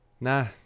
Nah